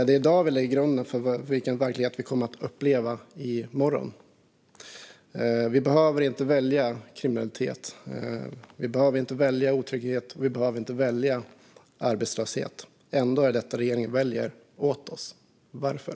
Det är i dag vi lägger grunden för den verklighet vi kommer att uppleva i morgon. Vi behöver inte välja kriminalitet. Vi behöver inte välja otrygghet. Vi behöver inte välja arbetslöshet. Ändå är det vad regeringen väljer åt oss. Varför?